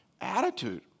attitude